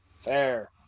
Fair